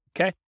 Okay